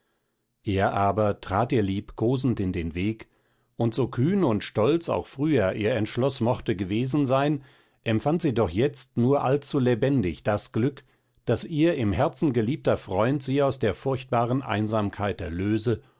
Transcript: er aber trat ihr liebkosend in den weg und so kühn und stolz auch früher ihr entschluß mochte gewesen sein empfand sie doch jetzt nur allzu lebendig das glück das ihr im herzen geliebter freund sie aus der furchtbaren einsamkeit erlöse